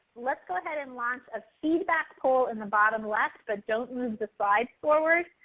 let's go ahead and launch a feedback poll in the bottom left, but don't move the slide forward.